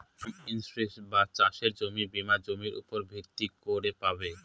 farm insurance বা চাসের জমির বীমা জমির উপর ভিত্তি করে পাবে